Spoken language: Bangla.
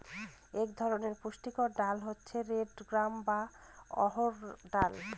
এক ধরনের পুষ্টিকর ডাল হচ্ছে রেড গ্রাম বা অড়হর ডাল